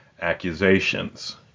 accusations